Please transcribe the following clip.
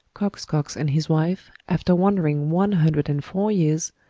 coxcox and his wife, after wandering one hundred and four years,